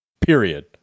period